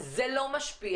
שזה לא משפיע,